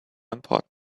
important